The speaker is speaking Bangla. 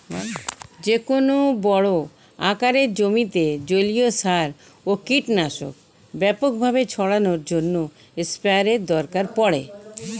যেকোনো বড় আকারের জমিতে জলীয় সার ও কীটনাশক ব্যাপকভাবে ছড়ানোর জন্য স্প্রেয়ারের দরকার পড়ে